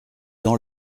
dans